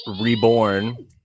reborn